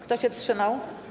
Kto się wstrzymał?